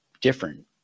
different